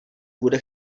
bude